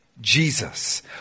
Jesus